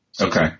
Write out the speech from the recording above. Okay